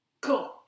cool